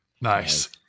Nice